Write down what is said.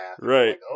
Right